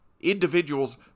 individuals